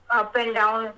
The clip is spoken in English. up-and-down